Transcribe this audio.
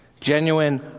Genuine